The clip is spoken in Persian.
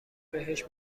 بهش